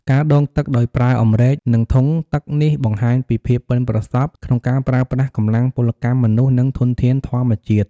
ការដងទឹកដោយប្រើអម្រែក និងធុងទឹកនេះបង្ហាញពីភាពប៉ិនប្រសប់ក្នុងការប្រើប្រាស់កម្លាំងពលកម្មមនុស្ស និងធនធានធម្មជាតិ។